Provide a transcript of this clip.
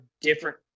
different